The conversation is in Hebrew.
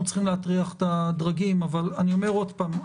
צריכים להטריח את הדרגים אבל אני אומר שוב,